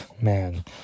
man